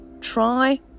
try